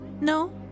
no